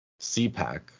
CPAC